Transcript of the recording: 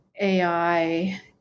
AI